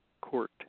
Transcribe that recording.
court